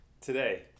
today